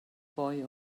boy